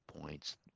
points